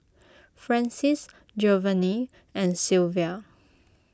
Francies Jovanny and Silvia